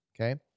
Okay